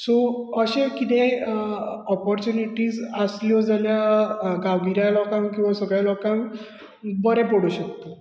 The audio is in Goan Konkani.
सो अशें कितेंय ऑपोर्चुनीटीस आसल्यो जाल्यार गांवगिऱ्यां लोकांक किंवां सगळ्या लोकांक बरें पडूंक शकता